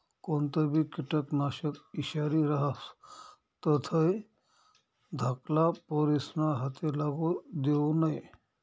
कोणतंबी किटकनाशक ईषारी रहास तधय धाकल्ला पोरेस्ना हाते लागू देवो नै